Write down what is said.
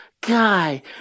guy